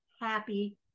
happy